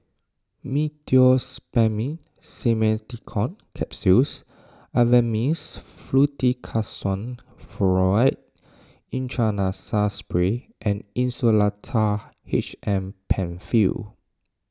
Meteospasmyl Simeticone Capsules Avamys Fluticasone Furoate Intranasal Spray and Insulatard H M Penfill